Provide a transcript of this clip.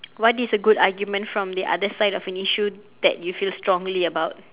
what is a good argument from the other side of an issue that you feel strongly about